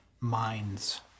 minds